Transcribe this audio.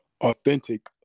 authentic